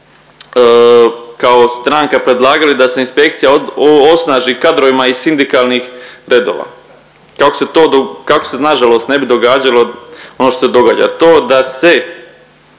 kao stranka predlagali da se inspekcija osnaži kadrovima iz sindikalnih redova, kako se nažalost ne bi događalo ono što se događa. To da se